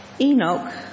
Enoch